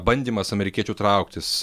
bandymas amerikiečių trauktis